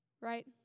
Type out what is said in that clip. right